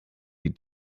die